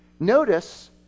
Notice